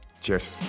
Cheers